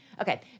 Okay